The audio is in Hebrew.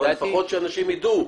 אבל לפחות שאנשים ידעו,